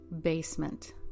basement